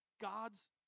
God's